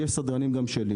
לי יש סדרנים גם שלי,